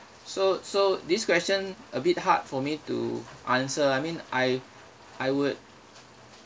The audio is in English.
so so this question a bit hard for me to answer I mean I I would